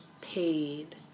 paid